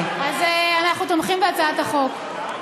אז אנחנו תומכים בהצעת החוק.